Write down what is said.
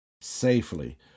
safely